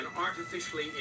artificially